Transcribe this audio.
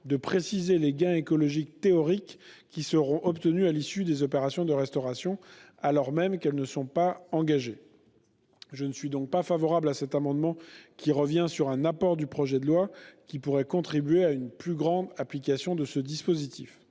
de préciser les gains écologiques théoriques qui seront obtenus à l'issue des opérations de restauration, alors même qu'elles ne sont pas engagées. Je ne suis donc pas favorable à cet amendement, qui revient sur un apport du projet de loi susceptible de rendre plus facile l'utilisation de ce dispositif.